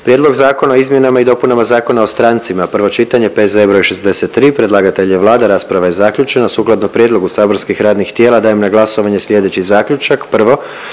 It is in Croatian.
Prijedlog Zakona o izmjenama i dopunama Zakona o osiguranju, prvo čitanje, P.Z.E. broj 66. Predlagatelj je Vlada, rasprava je zaključena. Sukladno prijedlogu saborskih radnih tijela dajem na glasovanje slijedeći zaključak.